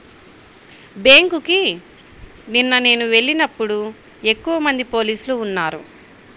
బ్యేంకుకి నిన్న నేను వెళ్ళినప్పుడు ఎక్కువమంది పోలీసులు ఉన్నారు